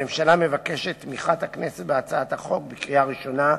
הממשלה מבקשת את תמיכת הכנסת בהצעת החוק בקריאה הראשונה,